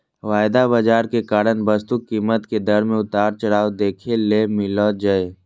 वायदा बाजार के कारण वस्तु कीमत के दर मे उतार चढ़ाव देखे ले मिलो जय